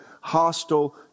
hostile